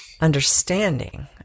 understanding